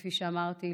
כפי שאמרתי,